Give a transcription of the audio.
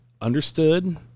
understood